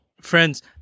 friends